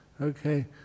Okay